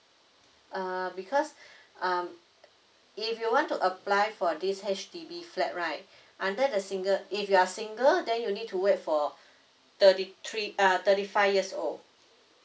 uh because um if you want to apply for this H_D_B flat right under the single if you are single then you need to wait for thirty three uh thirty five years old